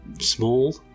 small